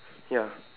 ya